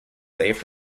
save